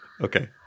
okay